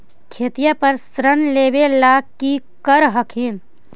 खेतिया पर ऋण लेबे ला की कर हखिन?